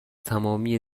تمامی